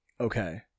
Okay